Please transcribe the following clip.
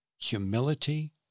humility